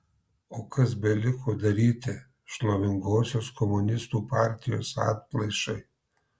o kas beliko daryti šlovingosios komunistų partijos atplaišai